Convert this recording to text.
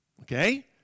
Okay